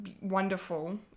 wonderful